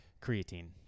creatine